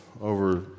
over